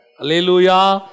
Hallelujah